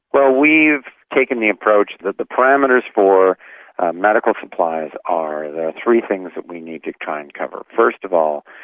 well, we've taken the approach that the parameters for medical supplies are the three things that we need to try and cover. first of all,